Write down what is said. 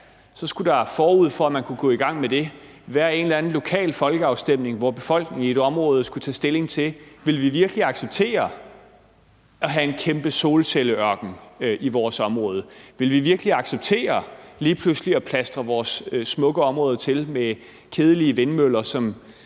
så skulle der forud for, at man kunne gå i gang med dem, være en eller anden lokal folkeafstemning, hvor befolkningen i et område skulle tage stilling til, om de virkelig vil acceptere at have en kæmpe solcelleørken i deres område, om de virkelig vil acceptere lige pludselig at plastre deres smukke område til med kedelige vindmøller.